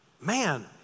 Man